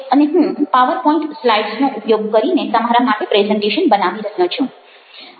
અને હું પાવરપોઇન્ટ સ્લાઇડ્સનો ઉપયોગ કરીને તમારા માટે પ્રેઝન્ટેશન બનાવી રહ્યો છું